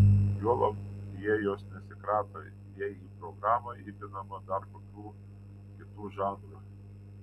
juolab jie jos nesikrato jei į programą įpinama dar kokių kitų žanrų